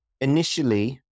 Initially